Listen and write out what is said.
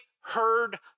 heard